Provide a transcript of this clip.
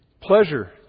Pleasure